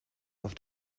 auf